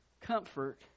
comfort